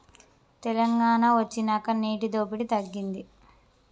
తెలంగాణ వొచ్చినాక నీటి దోపిడి తగ్గింది